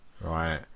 right